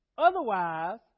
Otherwise